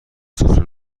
سفره